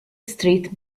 street